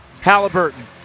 Halliburton